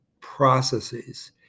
processes